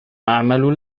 أعمل